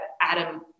Adam